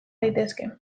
daitezke